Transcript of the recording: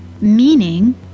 Meaning